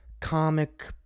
comic